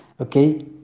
okay